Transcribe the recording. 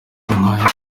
nk’aya